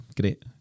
Great